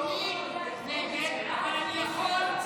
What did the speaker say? הוא יכול.